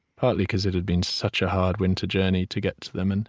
partly because it had been such a hard winter journey to get to them, and